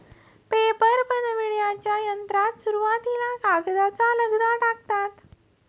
paper बनविण्याच्या यंत्रात सुरुवातीला कागदाचा लगदा टाकतात